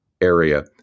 area